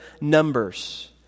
Numbers